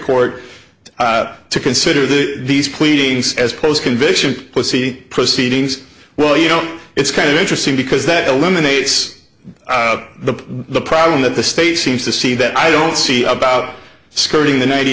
court to consider the these police as post conviction pussy proceedings well you know it's kind of interesting because that eliminates the problem that the state seems to see that i don't see about skirting the ninety